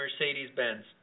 Mercedes-Benz